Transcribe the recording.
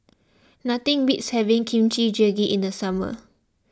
nothing beats having Kimchi Jjigae in the summer